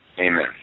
Amen